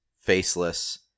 faceless